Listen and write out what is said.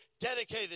dedicated